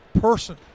person